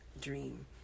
dream